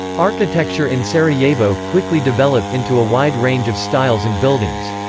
architecture in sarajevo quickly developed into a wide range of styles and buildings.